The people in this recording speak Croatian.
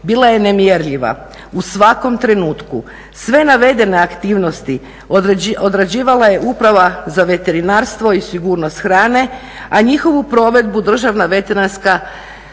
bila je nemjerljiva. U svakom trenutku sve navedene aktivnosti odrađivala je Uprava za veterinarstvo i sigurnost hrane, a njihovu provedbu Državna veterinarska